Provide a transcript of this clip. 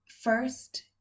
First